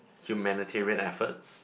humanitarian efforts